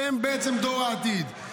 שהם בעצם דור העתיד.